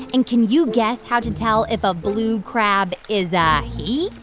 and can you guess how to tell if a blue crab is a he?